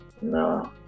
No